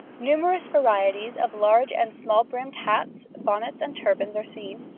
numerous varieties of large and small brimmed hats, bonnets, and turbans are seen,